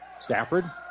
Stafford